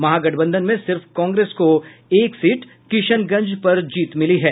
महागठबंधन में सिर्फ कांग्रेस को एक सीट किशनगंज पर जीत मिली है